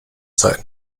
sein